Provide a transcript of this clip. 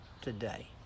Today